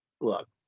look